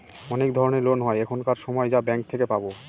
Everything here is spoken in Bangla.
অনেক ধরনের লোন হয় এখানকার সময় যা ব্যাঙ্কে থেকে পাবো